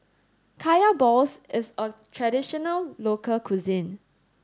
Kaya Balls is a traditional local cuisine